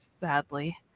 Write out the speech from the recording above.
Sadly